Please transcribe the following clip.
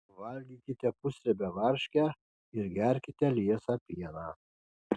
valgykite pusriebę varškę ir gerkite liesą pieną